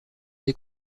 des